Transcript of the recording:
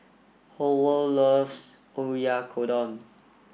Howell loves Oyakodon